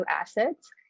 assets